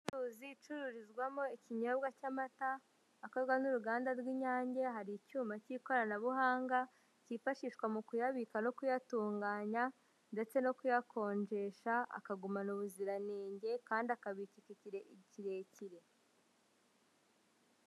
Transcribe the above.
Ubucuruzi icururizwamo ikinyobwa cy'amata, akorwa n'uruganda rw'inyange, hari icyuma cy'ikoranabuhanga cyifashishwa mu kuyabika no kuyatunganya, ndetse no kuyakonjesha akagumana ubuziranenge kandi akabikwa igihe kirekire.